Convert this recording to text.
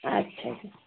अच्छा जी